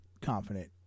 confident